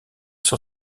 sur